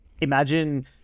imagine